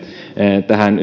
tähän